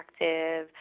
interactive